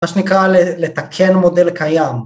‫מה שנקרא לתקן מודל קיים.